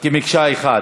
כמקשה אחת.